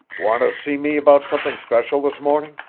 want to see me about something special this morning?